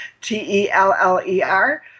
T-E-L-L-E-R